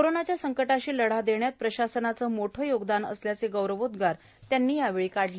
कोरोनाच्या संकटाशी लढा देण्यात प्रशासनाचे मोठे योगदान असल्याचे गौरवोदगार नेते यांनी यावेळी काढले